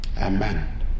Amen